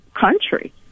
country